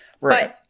Right